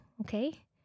okay